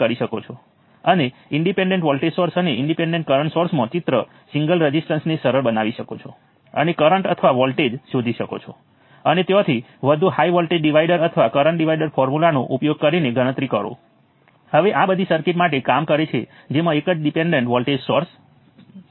અમારી વિશિષ્ટ સર્કિટમાં નીચેનો આ નોડ એ રેફરન્સ નોડ છે અને મારી પાસે અહીં આ ત્રણ વેરિયેબલ્સ V1 V2 અને V3 છે આ રેફરન્સ નોડના સંદર્ભમાં વોલ્ટેજ છે